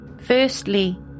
Firstly